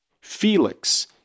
Felix